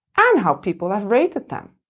and how people have rated them.